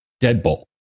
deadbolt